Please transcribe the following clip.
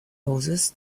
roses